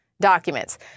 documents